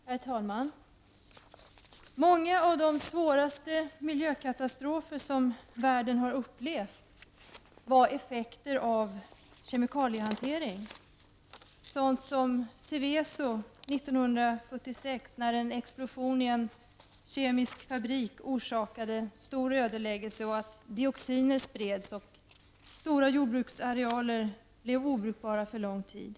Herr talman! Många av de svåraste miljökatastrofer som världen har upplevt var effekter av kemikaliehantering, sådana som i Seveso 1976, när en explosion i en kemisk fabrik orsakade stor ödeläggelse. Dioxiner spreds ut, och stora jordbruksarealer blev obrukbara för lång tid.